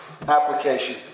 Application